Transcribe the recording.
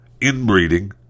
inbreeding